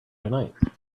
tonight